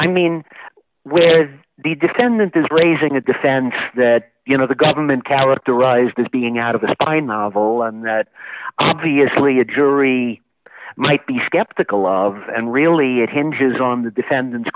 i mean where the defendant is raising a defense that you know the government calendar rise this being out of a spy novel and that obviously a jury might be skeptical of and really it hinges on the defendant's